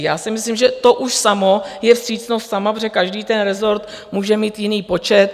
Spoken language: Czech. Já si myslím, že to už samo je vstřícnost sama, protože každý ten rezort může mít jiný počet.